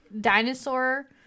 dinosaur